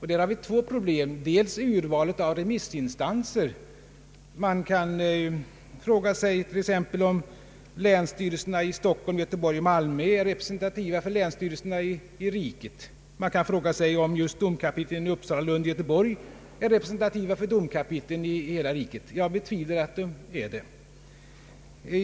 Här föreligger två problem. Det ena gäller urvalet av remissinstanser. Man kan fråga sig om t.ex. länsstyrelserna i Stockholm, Göteborg och Malmö är representativa för länsstyrelserna i hela riket; man kan fråga sig om just domkapitlen i Uppsala, Lund och Göteborg är representativa för domkapitlen i hela riket. Jag betvivlar att de är det. Det andra problemet gäller redovisningen av det inkomna remissmaterialet.